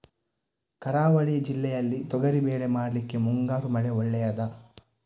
ಕರಾವಳಿ ಜಿಲ್ಲೆಯಲ್ಲಿ ತೊಗರಿಬೇಳೆ ಮಾಡ್ಲಿಕ್ಕೆ ಮುಂಗಾರು ಮಳೆ ಒಳ್ಳೆಯದ?